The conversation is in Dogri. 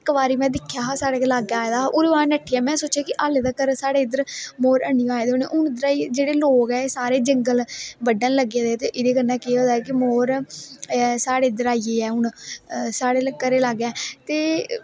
इक बारी में दिक्खेआ हा साढ़े लाग्गे आए दा हा ओह् दूरा गै नठी गेआ में सोचेआ हा कि ह्लली तक्कर साढ़े इद्धर मोर हैनी आए दे होने साढ़े इद्धर जेह्ड़े लोक ऐ सारे जंगल बड्ढन लगे दे ते एहदे कन्नै केह् होआ दा कि मोर साढ़े इद्धर आई गे हून साढ़े घरे दे लाग्गे ते